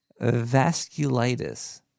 Vasculitis